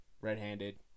red-handed